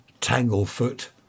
tanglefoot